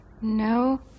No